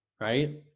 right